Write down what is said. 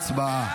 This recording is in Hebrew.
הצבעה.